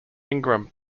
ingram